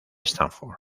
stanford